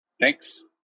Thanks